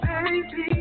Baby